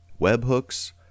webhooks